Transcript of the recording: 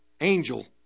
angel